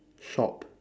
shop